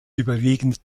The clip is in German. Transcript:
überwiegend